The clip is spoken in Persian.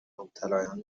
مبتلایان